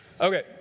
Okay